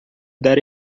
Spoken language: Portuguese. dar